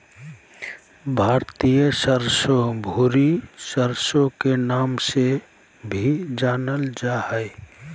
भारतीय सरसो, भूरी सरसो के नाम से भी जानल जा हय